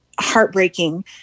heartbreaking